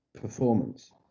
performance